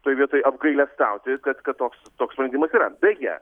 toj vietoj apgailestauti kad kad toks toks sprendimas yra beje